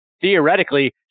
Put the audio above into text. theoretically